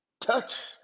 Touch